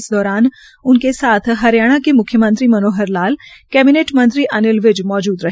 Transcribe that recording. इस दौरान उनके साथ हरियाणा के मुख्यमंत्री मनोहर लाल कैबिनेट मंत्री अनिल विज मौजूद रहे